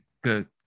good